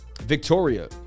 victoria